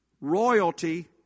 royalty